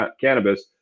cannabis